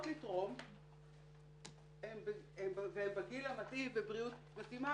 לתרום והן בגיל המתאים ובריאות טובה,